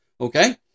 okay